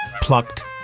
Plucked